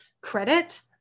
credit